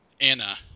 anna